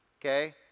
Okay